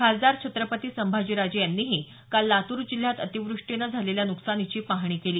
खासदार छत्रपती संभाजीराजे यांनीही काल लातूर जिल्ह्यात अतिवृष्टीनं झालेल्या न्कसानीची पाहणी केली